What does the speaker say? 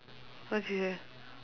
what she say